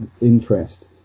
interest